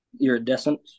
iridescent